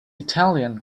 italian